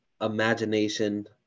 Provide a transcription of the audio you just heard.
imagination